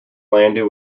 landau